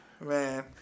Man